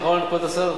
נכון, כבוד השר?